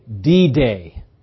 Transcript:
D-Day